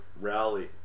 rally